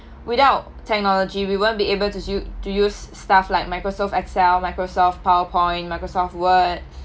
without technology we won't be able to u~ to use stuff like microsoft excel microsoft powerpoint microsoft word